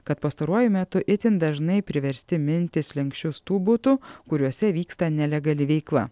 kad pastaruoju metu itin dažnai priversti minti slenksčius tų butų kuriuose vyksta nelegali veikla